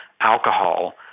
alcohol